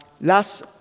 last